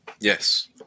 Yes